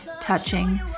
touching